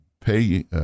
pay